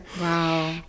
Wow